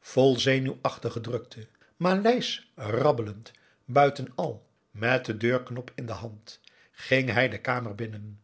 vol zenuwachtige drukte maleisch rabbelend buiten al met den deurknop in de hand ging hij de kamer binnen